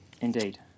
Indeed